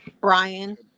Brian